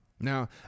Now